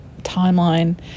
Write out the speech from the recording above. timeline